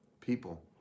people